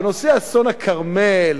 בנושא אסון הכרמל?